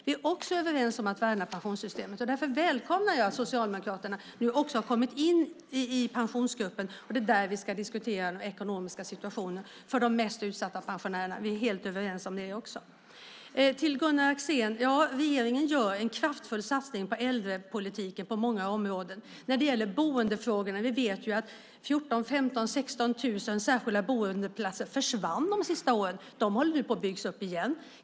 Vi är också överens om att värna pensionssystemet, och därför välkomnar jag att Socialdemokraterna nu också har kommit in i pensionsgruppen. Det är där vi ska diskutera den ekonomiska situationen för de mest utsatta pensionärerna. Vi är helt överens om det också. Till Gunnar Axén vill jag säga att regeringen gör en kraftfull satsning på äldrepolitiken på många områden. När det gäller boendefrågorna vet vi att 14 000-16 000 platser i särskilt boende försvann de sista åren. De håller nu på att byggas upp igen.